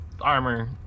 armor